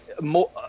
more